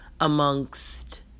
amongst